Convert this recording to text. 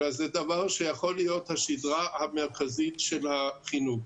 אלא זה דבר שיכול להיות השדרה המרכזית של החינוך.